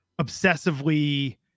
obsessively